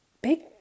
Big